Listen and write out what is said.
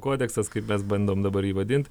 kodeksas kaip mes bandom dabar jį vadint